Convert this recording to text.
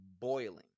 boiling